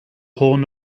horn